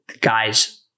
guys